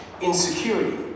insecurity